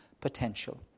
Potential